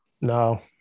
No